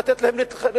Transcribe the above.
לתת להם להתרחב,